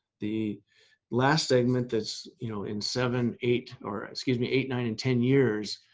the last segment that's, you know, in seven, eight, or excuse me, eight, nine and ten years.